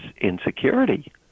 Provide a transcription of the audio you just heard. insecurity